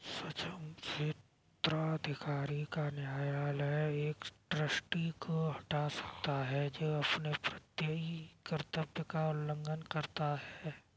सक्षम क्षेत्राधिकार का न्यायालय एक ट्रस्टी को हटा सकता है जो अपने प्रत्ययी कर्तव्य का उल्लंघन करता है